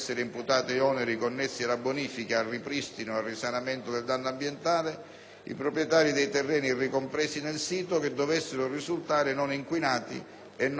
i proprietari dei terreni ricompresi nel sito che dovessero risultare non inquinati e non responsabili dell'inquinamento delle falde».